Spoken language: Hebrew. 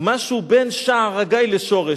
משהו בין שער-הגיא לשורש.